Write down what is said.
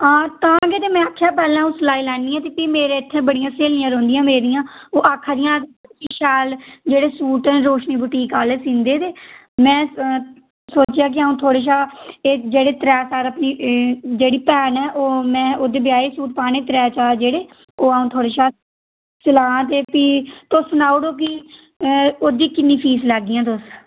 हां तां गै ते जेल्लै में आखेआ उसी लाई लैन्नी हां ते भी मेरे उत्थै बड़ियां स्हेलियां रौंह्दियां मेरियां ओह् आक्खै दियां हियां कि शैल जेह्ड़े सूट न रोशनी बुटीक आह्ले सींदे ते में सोचेआ कि अं'ऊ थुआढ़े शा एह् जेह्ड़े त्रैऽ साढ़े ओह् जेह्ड़ी मेरी भैन ऐ ओह् में ओह्दे ब्याह् ई सूट पाने न त्रैऽ चार जेह्ड़े ओह् अ'ऊं थुआढ़े शा सेआंऽ ते भी तुस सनाई ओड़ो भी तुस ओह्दी किन्नी फीस लैह्गियां तुस